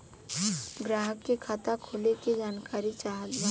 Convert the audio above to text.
ग्राहक के खाता खोले के जानकारी चाहत बा?